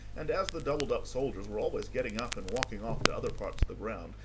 and, as the doubled-up soldiers were always getting up and walking off to other parts of the ground,